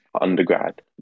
undergrad